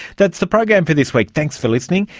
that's the program for this week, thanks for listening.